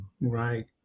Right